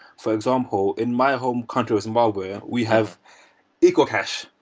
for example, in my home country of zimbabwe, we have ecocash,